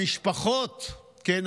המשפחות" כן,